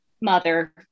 mother